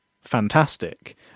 fantastic